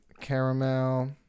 caramel